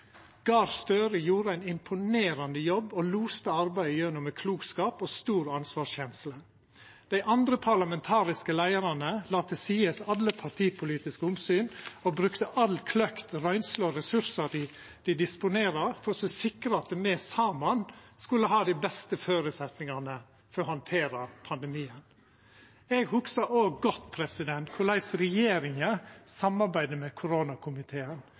Støre gjorde ein imponerande jobb og loste arbeidet gjennom med klokskap og stor ansvarskjensle. Dei andre parlamentariske leiarane la til sides alle partipolitiske omsyn og brukte all kløkt, røynsle og ressursar dei disponerer, for å sikra at me saman skulle ha dei beste føresetnadane for å handtera pandemien. Eg hugsar òg godt korleis regjeringa samarbeidde med koronakomiteen,